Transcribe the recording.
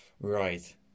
right